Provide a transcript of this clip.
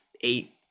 eight